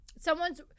Someone's